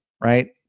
right